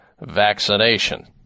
vaccination